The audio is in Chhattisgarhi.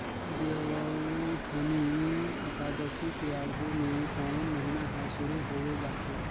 देवउठनी अकादसी के आघू में सावन महिना हर सुरु होवे जाथे